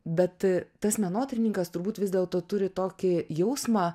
bet tas menotyrininkas turbūt vis dėlto turi tokį jausmą